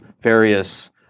various